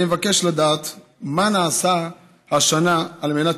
אני מבקש לדעת מה נעשה השנה על מנת